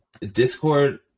Discord